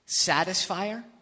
satisfier